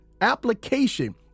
application—